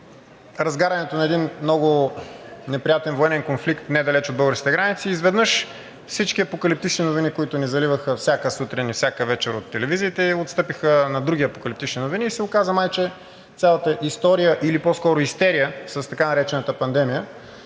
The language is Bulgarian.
разгарянето на един много неприятен военен конфликт, недалеч от българските граници, изведнъж всички апокалиптични новини, които ни заливаха всяка сутрин и всяка вечер от телевизиите, отстъпиха на други апокалиптични новини и се оказа май че цялата история или по-скоро истерия с така наречената пандемия